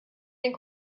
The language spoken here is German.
den